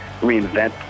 reinvent